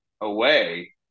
away